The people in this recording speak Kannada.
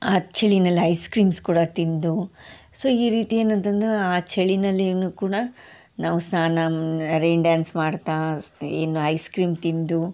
ಆ ಚಳಿನಲ್ಲಿ ಐಸ್ ಕ್ರೀಮ್ಸ್ ಕೂಡ ತಿಂದು ಸೊ ಈ ರೀತಿ ಏನನ್ತಂದು ಆ ಚಳಿನಲ್ಲಿ ಇನ್ನು ಕೂಡ ನಾವು ಸ್ನಾನ ರೈನ್ ಡಾನ್ಸ್ ಮಾಡ್ತಾ ಏನು ಐಸ್ ಕ್ರೀಮ್ ತಿಂದು